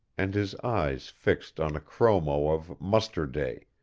and his eyes fixed on a chromo of muster day,